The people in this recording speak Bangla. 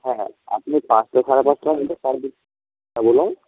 হ্যাঁ হ্যাঁ আপনি পাঁচটা সাড়ে পাঁচটার মধ্যে হ্যাঁ বলুন